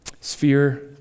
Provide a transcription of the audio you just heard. Sphere